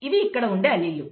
ఇవి ఇక్కడ ఉండే అల్లీల్లు